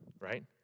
right